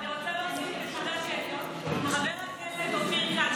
אני רוצה להוסיף את חבר הכנסת אופיר כץ,